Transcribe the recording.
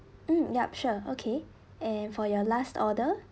mm yup sure okay and for your last order